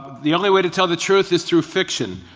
the only way to tell the truth is through fiction.